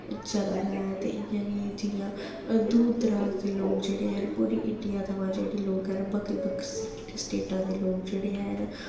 चलै दा ऐ ते इ'यां गै जि'यां दूर दराज दे लाके जेह्ड़े हैन पूरी इंडिया थमां जेह्ड़े लोक हैन बक्खरी बक्खरी स्टेटां दे लोक जेह्ड़े हैन